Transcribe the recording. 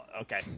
okay